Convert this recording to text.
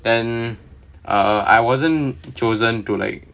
then uh I wasn't chosen to like